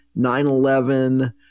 9-11